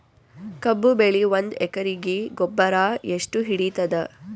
ಕಬ್ಬು ಬೆಳಿ ಒಂದ್ ಎಕರಿಗಿ ಗೊಬ್ಬರ ಎಷ್ಟು ಹಿಡೀತದ?